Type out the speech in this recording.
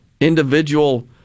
individual